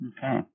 Okay